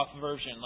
version